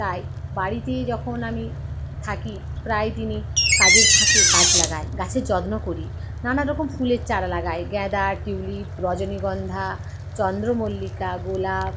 তাই বাড়িতেই যখন আমি থাকি প্রায় দিনই কাজের ফাঁকে গাছ লাগাই গাছের যত্ন করি নানারকম ফুলের চারা লাগাই গাঁদা টিউলিপ রজনীগন্ধা চন্দ্রমল্লিকা গোলাপ